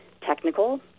technical